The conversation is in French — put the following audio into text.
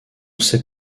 sait